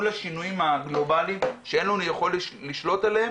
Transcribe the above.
מול השינויים הגלובליים שאין לנו יכולת לשלוט עליהם.